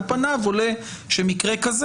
על פניו עולה שמקרה כזה,